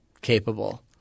capable